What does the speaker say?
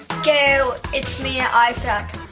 gail, it's me, isaac.